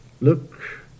Look